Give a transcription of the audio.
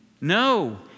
No